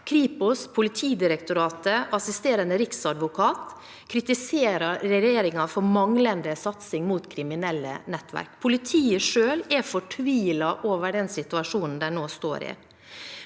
Kripos, Politidirektoratet og assisterende riksadvokat kritiserer regjeringen for manglende satsing mot kriminelle nettverk. Politiet selv er fortvilet over den situasjonen de nå står i.